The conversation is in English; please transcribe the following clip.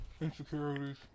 Insecurities